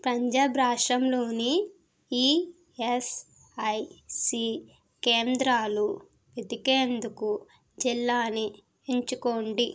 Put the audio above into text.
పంజాబ్ రాష్ట్రంలోని ఇఎస్ఐసి కేంద్రాలు వెతికేందుకు జిల్లాని ఎంచుకోండి